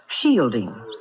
Shielding